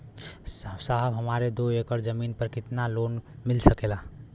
साहब हमरे दो एकड़ जमीन पर कितनालोन मिल सकेला?